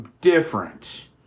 different